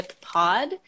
Pod